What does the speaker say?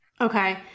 Okay